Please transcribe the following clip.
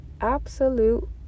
absolute